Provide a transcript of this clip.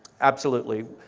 absolutely.